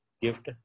Gift